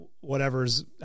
whatever's